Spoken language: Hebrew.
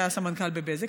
שהיה סמנכ"ל בבזק,